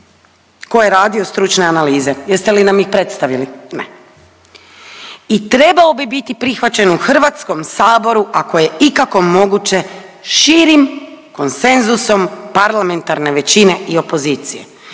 tko je radio stručne analize, jeste li nam ih predstavili, ne. I trebao bi biti prihvaćen u Hrvatskom saboru ako je ikako moguće širim konsenzusom parlamentarne većine i opozicije.